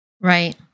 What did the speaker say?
Right